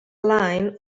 line